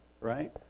right